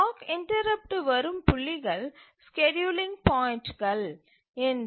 clock interrupt வரும் புள்ளிகள் scheduling பாயிண்ட்டுகள் எனப்படும்